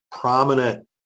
prominent